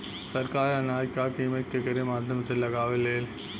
सरकार अनाज क कीमत केकरे माध्यम से लगावे ले?